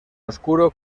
oscuro